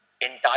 entire